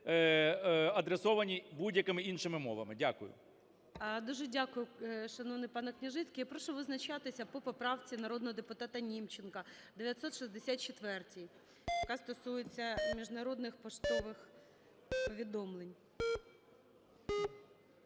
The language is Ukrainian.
адресовані будь-якими іншими мовами. Дякую. ГОЛОВУЮЧИЙ. Дуже дякую, шановний пане Княжицький. Я прошу визначатися по поправці народного депутата Німченка, 964-й, яка стосується міжнародних поштових повідомлень.